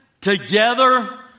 together